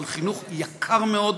אבל חינוך הוא יקר מאוד,